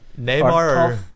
Neymar